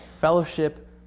fellowship